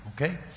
okay